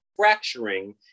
fracturing